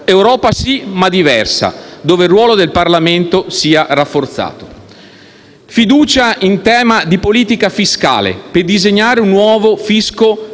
confronti della quale il ruolo del Parlamento sia rafforzato. Fiducia in tema di politica fiscale per disegnare un nuovo fisco serio